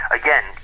again